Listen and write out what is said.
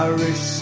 Irish